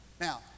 Now